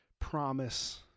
promise